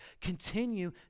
Continue